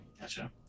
Gotcha